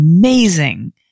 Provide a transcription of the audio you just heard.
amazing